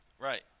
Right